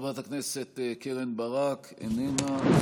חברת הכנסת קרן ברק, איננה.